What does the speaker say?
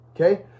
Okay